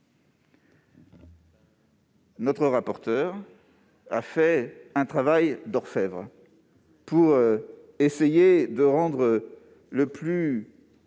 Notre rapporteur a fait un travail d'orfèvre pour essayer de rendre le